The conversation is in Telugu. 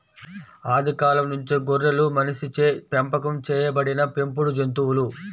ఆది కాలం నుంచే గొర్రెలు మనిషిచే పెంపకం చేయబడిన పెంపుడు జంతువులు